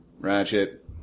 ratchet